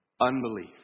Unbelief